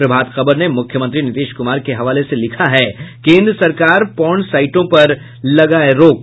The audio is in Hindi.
प्रभात खबर ने मुख्यमंत्री नीतीश कुमार के हवाले से लिखा है केंद्र सरकार पोर्न साइटों पर लगाये रोक